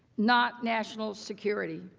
not national security.